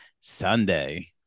Sunday